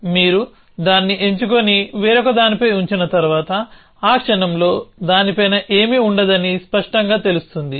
మీరు దాన్ని ఎంచుకొని వేరొకదానిపై ఉంచిన తర్వాత ఆ క్షణంలో దాని పైన ఏమీ ఉండదని స్పష్టంగా తెలుస్తుంది